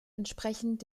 entsprechend